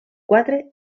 quatre